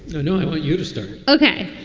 no, no, i want you to start. ok.